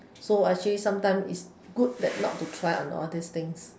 so actually sometime it's good that not to try on all these things